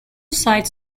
site